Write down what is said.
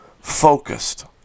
focused